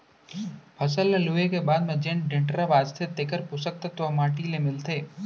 फसल ल लूए के बाद म जेन डेंटरा बांचथे तेकर पोसक तत्व ह माटी ले मिलथे